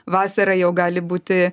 vasarą jau gali būti